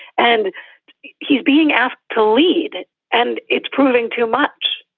and he's being asked to lead and and it's proving too much.